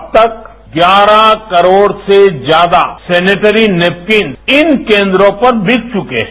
अब तक ग्यारह करोड से ज्यादा सेनिट्री नैपकिनस इन केन्द्रों पर बिक चुके हैं